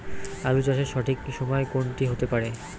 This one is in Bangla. আলু চাষের সঠিক সময় কোন টি হতে পারে?